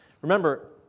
Remember